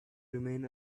remain